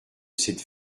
cette